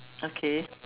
okay